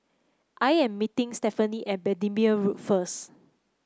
I am meeting Stefanie at Bendemeer Road first